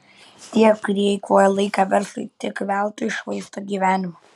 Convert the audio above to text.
tie kurie eikvoja laiką verslui tik veltui švaisto gyvenimą